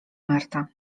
marta